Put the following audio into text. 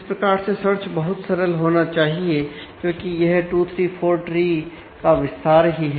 इस प्रकार से सर्च बहुत सरल होना चाहिए क्योंकि यह 2 3 4 ट्री का विस्तार ही है